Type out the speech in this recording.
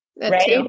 Right